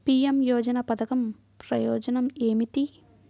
PM యోజన పధకం ప్రయోజనం ఏమితి?